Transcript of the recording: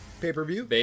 Pay-per-view